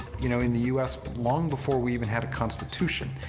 you know, in the us long before we even had a constitution.